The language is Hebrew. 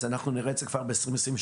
אנחנו נראה את זה כבר ב-2023?